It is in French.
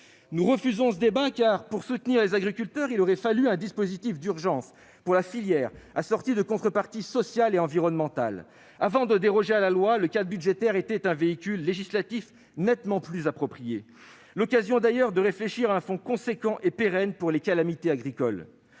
Nous refusons ce débat, car pour soutenir les agriculteurs, il aurait fallu un dispositif d'urgence pour la filière, assorti de contreparties sociales et environnementales. Avant de déroger à la loi, le cadre budgétaire aurait été un véhicule législatif nettement plus approprié, l'occasion aussi de réfléchir à un fonds important et pérenne pour les calamités agricoles.